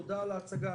תודה על ההצגה.